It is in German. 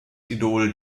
idol